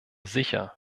sicher